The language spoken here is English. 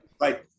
Right